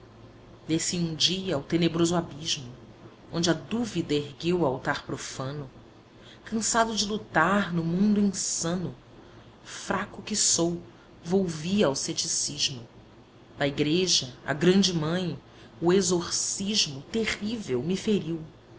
desci um dia ao tenebroso abismo onde a dúvida ergueu altar profano cansado de lutar no mundo insano fraco que sou volvi ao ceticismo da igreja a grande mãe o exorcismo terrível me feriu